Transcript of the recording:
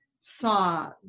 saw